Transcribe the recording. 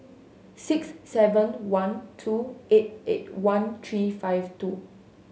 six seven one two eight eight one three five two